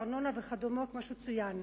בארנונה וכדומה כפי שצוין.